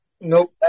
Nope